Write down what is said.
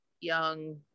young